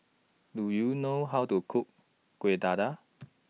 Do YOU know How to Cook Kueh Dadar